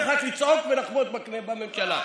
אתה צריך רק לצעוק ולחבוט בממשלה.